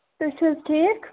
تُہۍ چھِو حظ ٹھیٖک